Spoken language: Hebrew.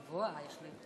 גברתי.